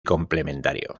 complementario